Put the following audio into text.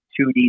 2D